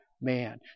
man